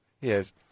Yes